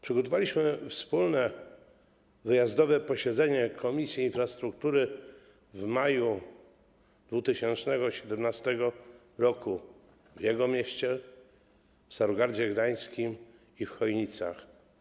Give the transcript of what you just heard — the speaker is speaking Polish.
Przygotowaliśmy wspólne wyjazdowe posiedzenie Komisji Infrastruktury w maju 2017 r. w jego mieście, w Starogardzie Gdańskim, i w Chojnicach.